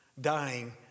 dying